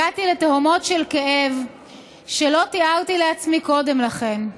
הגעתי לתהומות של כאב שלא תיארתי לעצמי קודם לכן,